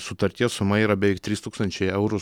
sutarties suma yra beveik trys tūkstančiai eurų